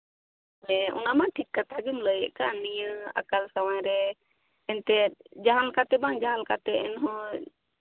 ᱦᱮᱸ ᱚᱱᱟᱢᱟ ᱴᱷᱤᱠ ᱠᱟᱛᱷᱟ ᱜᱮᱢ ᱞᱟᱹᱭᱮᱫ ᱠᱟᱱ ᱱᱤᱭᱟᱹ ᱟᱠᱟᱞ ᱥᱟᱶᱟᱭ ᱨᱮ ᱮᱱᱛᱮᱫ ᱡᱟᱦᱟᱱ ᱠᱟᱛᱮᱫ ᱵᱟᱝ ᱡᱟᱦᱟᱱ ᱠᱟᱛᱮᱫ ᱦᱚᱸ